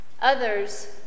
Others